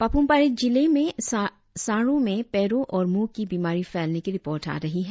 पाप्रम पारे जिले में सांडो में पैरो और मुँह की बीमारी फैलने की रिपोर्ट आ रही है